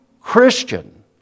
Christian